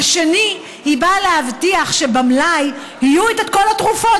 2. היא באה להבטיח שבמלאי של בית המרקחת יהיו כל התרופות.